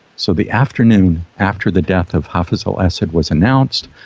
so the afternoon after the death of hafez al-assad was announced,